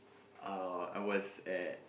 uh I was at